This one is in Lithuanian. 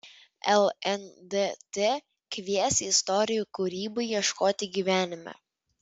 lndt kvies istorijų kūrybai ieškoti gyvenime